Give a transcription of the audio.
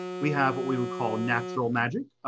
we have what we would call natural magic.